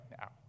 now